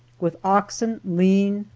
with oxen lean,